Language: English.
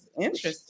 Interesting